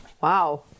Wow